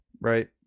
right